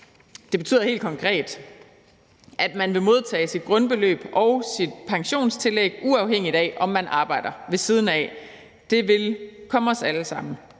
Det betyder helt konkret, at man vil modtage sit grundbeløb og pensionstillæg, uafhængigt af om man arbejder ved siden af. Det vil komme os alle sammen